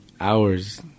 hours